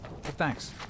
thanks